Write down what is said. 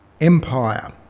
empire